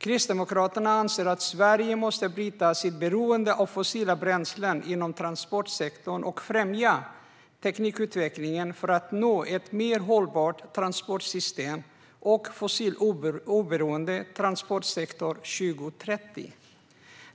Kristdemokraterna anser att Sverige måste bryta sitt beroende av fossila bränslen inom transportsektorn och främja teknikutvecklingen för att nå ett mer hållbart transportsystem och en fossiloberoende transportsektor 2030.